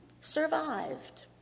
survived